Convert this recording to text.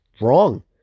wrong